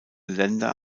länder